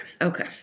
okay